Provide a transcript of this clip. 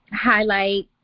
highlight